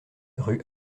rue